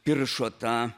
piršo tą